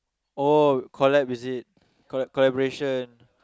oh collab is it collab~ collaboration